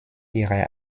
ihrer